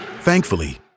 thankfully